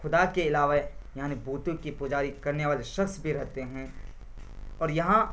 خدا کے علاوہ یعنی بتوں کے پجاری کرنے والے شخص بھی رہتے ہیں اور یہاں